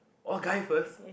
!wah! guy first